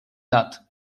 lat